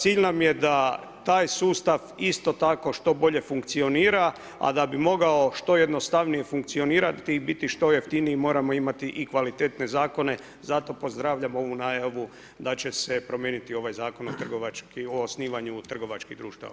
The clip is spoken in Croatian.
Cilj nam je da taj sustav, isto tako što bolje funkcionira, a da bi mogao što jednostavnije funkcionirati i biti što jeftiniji, moramo imati i kvalitetne Zakone, zato pozdravljam ovu najavu da će se promijeniti ovaj Zakon o osnivanju trgovačkih društava.